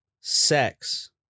sex